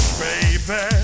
baby